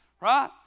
right